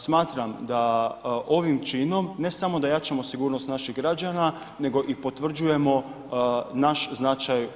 Smatram da ovim činom ne samo da jačamo sigurnost naših građana, nego i potvrđujemo naš značaj u Europi.